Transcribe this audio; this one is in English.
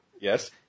Yes